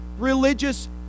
religious